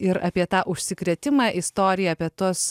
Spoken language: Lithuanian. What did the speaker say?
ir apie tą užsikrėtimą istorija apie tuos